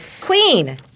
Queen